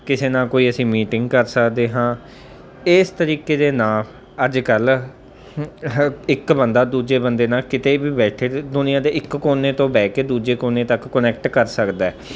ਕਿਸੇ ਨਾਲ ਕੋਈ ਅਸੀਂ ਮੀਟਿੰਗ ਕਰ ਸਕਦੇ ਹਾਂ ਇਸ ਤਰੀਕੇ ਦੇ ਨਾਲ ਅੱਜ ਕੱਲ੍ਹ ਇੱਕ ਬੰਦਾ ਦੂਜੇ ਬੰਦੇ ਨਾਲ ਕਿਤੇ ਵੀ ਬੈਠੇ ਅਤੇ ਦੁਨੀਆਂ ਦੇ ਇੱਕ ਕੋਨੇ ਤੋਂ ਬਹਿ ਕੇ ਦੂਜੇ ਕੋਨੇ ਤੱਕ ਕੁਨੈਕਟ ਕਰ ਸਕਦਾ ਹੈ